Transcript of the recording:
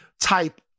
type